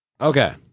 Okay